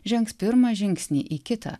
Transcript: žengs pirmą žingsnį į kitą